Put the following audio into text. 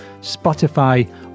Spotify